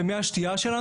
ואת מי השתייה שלנו.